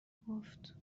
گفت